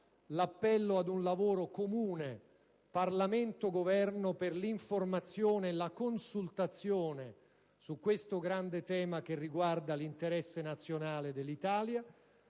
l'appello ad un lavoro comune Parlamento-Governo per l'informazione e la consultazione su questo grande tema che riguarda l'interesse nazionale dell'Italia,